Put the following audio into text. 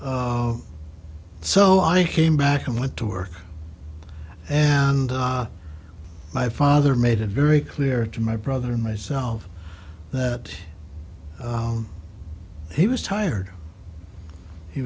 so i came back and went to work and my father made it very clear to my brother and myself that he was tired he